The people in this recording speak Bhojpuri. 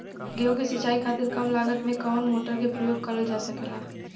गेहूँ के सिचाई खातीर कम लागत मे कवन मोटर के प्रयोग करल जा सकेला?